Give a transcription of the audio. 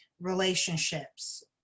relationships